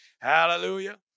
Hallelujah